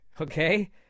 okay